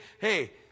hey